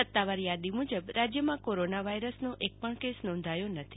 સત્તાવાર યાદી મુજબ રાજયમાં કોરોના વાયરસનો એક પણ કેસ નોંધાયો નથી